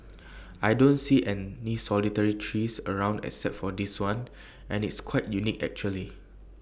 I don't see any solitary trees around except for this one and it's quite unique actually